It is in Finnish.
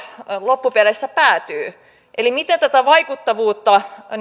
loppupeleissä päätyvät eli miten tätä vaikuttavuutta